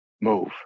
move